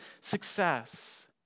success